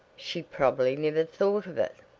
she probably never thought of it.